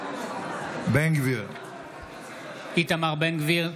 נגד איתמר בן גביר,